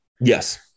Yes